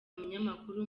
umunyamakuru